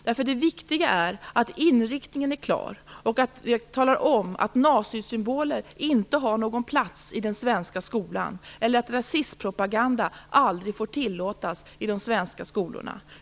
Det viktiga är att inriktningen är klar och är att nazisymboler inte har någon plats i den svenska skolan eller att nazistpropaganda aldrig får tillåtas i de svenska skolorna.